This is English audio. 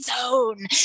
zone